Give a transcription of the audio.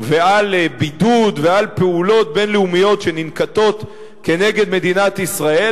ועל בידוד ועל פעולות בין-לאומיות שננקטות כנגד מדינת ישראל,